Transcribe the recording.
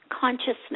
consciousness